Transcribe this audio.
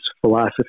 philosophy